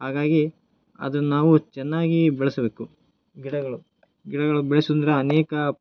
ಹಾಗಾಗಿ ಅದು ನಾವು ಚೆನ್ನಾಗಿ ಬೆಳೆಸಬೇಕು ಗಿಡಗಳು ಗಿಡಗಳು ಬೆಳೆಸುಂದ್ರ ಅನೇಕ